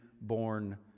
born